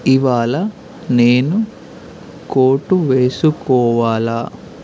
ఇవాళ నేను కోటు వేసుకోవాలా